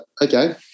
okay